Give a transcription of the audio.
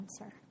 answer